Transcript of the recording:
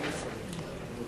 17),